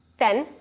then,